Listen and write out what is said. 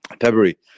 february